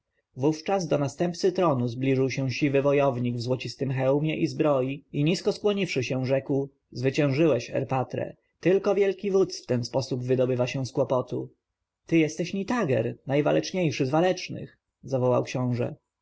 wówczas do następcy tronu zbliżył się siwy wojownik w złocistym hełmie i zbroi i nisko skłoniwszy się rzekł zwyciężyłeś erpatre tylko wielki wódz w ten sposób wydobywa się z kłopotu ty jesteś nitager najwaleczniejszy z walecznych zawołał książę